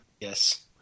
Yes